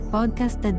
Podcast